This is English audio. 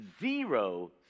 zero